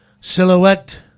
Silhouette